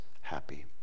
happy